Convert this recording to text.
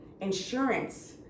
insurance